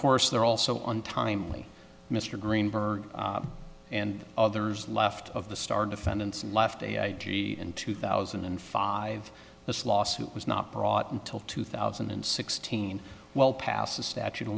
course they're also on timely mr greenberg and others left of the star defendants and left a id in two thousand and five this lawsuit was not brought until two thousand and sixteen well past the statute of